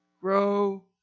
grow